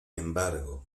embargo